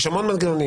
יש המון מנגנונים.